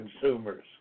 consumers